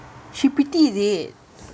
she pretty is it